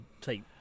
take